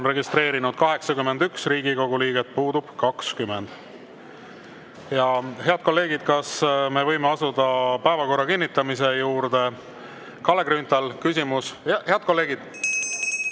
on registreerunud 81 Riigikogu liiget, puudub 20.Head kolleegid, kas me võime asuda päevakorra kinnitamise juurde? Kalle Grünthal, küsimus ... (Sumin